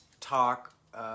talk